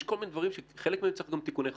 יש כל מיני דברים שבחלק מהם צריך תיקוני חקיקה.